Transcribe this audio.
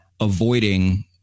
avoiding